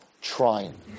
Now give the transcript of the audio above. trying